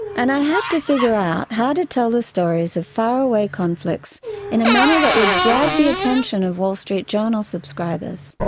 and i had to figure out how to tell stories of faraway conflicts in a manner that would grab the attention of wall street journal subscribers.